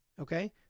Okay